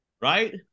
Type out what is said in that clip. right